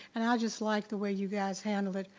and i just like the way you guys handled it,